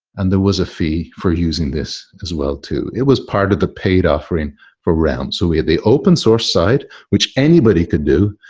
and there was a fee for using this as well, too. it was part of the paid offering for realm. so we had the open-source side, which anybody could do.